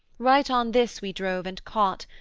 right on this we drove and caught,